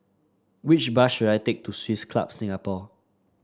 which bus should I take to Swiss Club Singapore